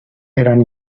eran